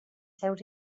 seus